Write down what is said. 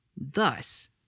Thus